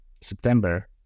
September